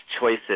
choices